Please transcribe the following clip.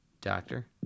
Doctor